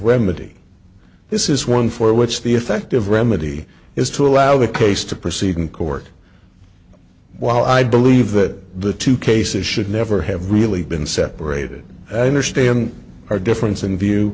remedy this is one for which the effective remedy is to allow the case to proceed in court while i believe that the two cases should never have really been separated i understand our difference in view